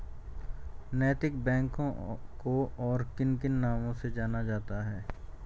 नैतिक बैंकों को और किन किन नामों से जाना जाता है?